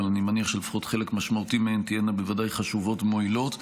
אבל אני מניח שלפחות חלק משמעותי מהן תהיינה בוודאי חשובות ומועילות.